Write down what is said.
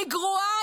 היא גרועה,